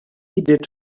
did